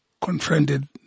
confronted